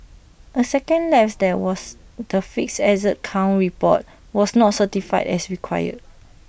A second lapse that was the fixed asset count report was not certified as required